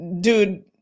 dude